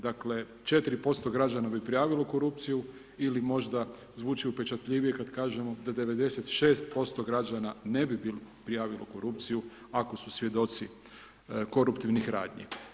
Dakle 4% građana bi prijavilo korupciju ili možda zvuči upečatljivije kada kažemo da 96% građana ne bi prijavilo korupciju ako su svjedoci koruptivnih radnji.